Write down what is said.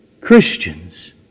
Christians